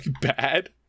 bad